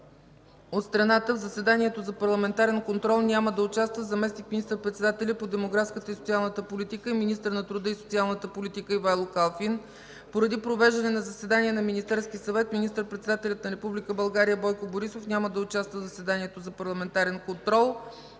от страната в заседанието за парламентарен контрол няма да участва заместник министър-председателят по демографската и социалната политика и министър на труда и социалната политика Ивайло Калфин. Поради провеждане на заседание на Министерския съвет министър-председателят на Република България Бойко Борисов няма да участва в заседанието за парламентарен контрол.